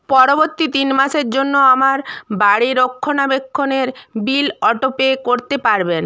পরবর্তী তিন মাসের জন্য আমার বাড়ি রক্ষণাবেক্ষণের বিল অটো পে করতে পারবেন